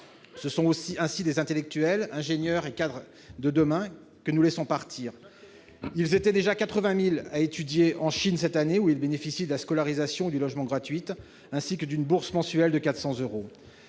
Ce sont ainsi les intellectuels, les ingénieurs et les cadres de demain que nous laissons partir. Exactement ! Ils étaient déjà 80 000 Africains à étudier en Chine cette année, où ils bénéficient de la scolarisation et du logement gratuits, ainsi que d'une bourse mensuelle de 400 euros.